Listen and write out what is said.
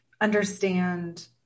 understand